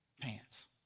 pants